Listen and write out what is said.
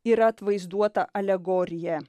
yra atvaizduota alegorija